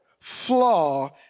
flaw